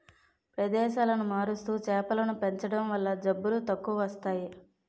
ప్రదేశాలను మారుస్తూ చేపలను పెంచడం వల్ల జబ్బులు తక్కువస్తాయి